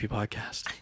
Podcast